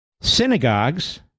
synagogues